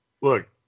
Look